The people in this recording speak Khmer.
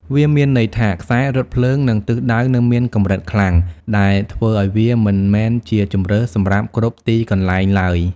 វាមានន័យថា ខ្សែរថភ្លើង និងទិសដៅនៅមានកម្រិតខ្លាំង ដែលធ្វើឱ្យវាមិនមែនជាជម្រើសសម្រាប់គ្រប់ទីកន្លែងឡើយ។